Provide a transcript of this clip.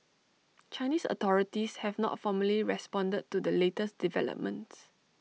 Chinese authorities have not formally responded to the latest developments